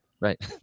Right